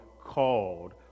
called